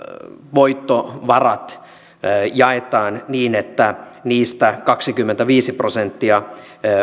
voittovarat jaetaan niin että niistä kaksikymmentäviisi prosenttia